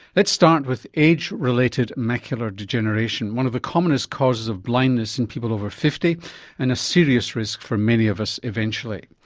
let's start with age-related macular degeneration, one of the commonest causes of blindness in people over fifty and a serious risk for many of us eventually.